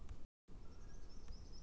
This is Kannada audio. ಸಾಲ ಎಷ್ಟು ತಿಂಗಳಿಗೆ ಒಮ್ಮೆ ಕಟ್ಟುವುದು?